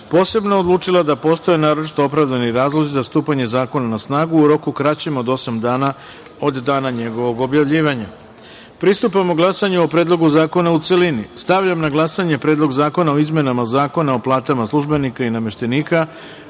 posebno odlučila da postoje naročito opravdani razlozi za stupanje zakona na snagu u roku kraćem od osam dana od dana njegovog objavljivanja. Pristupamo glasanju o Predlogu zakona u celini. Stavljam na glasanje Predlog zakona o izmenama Zakona o sistemu plata zaposlenih